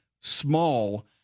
small